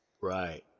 right